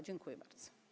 Dziękuję bardzo.